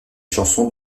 chansons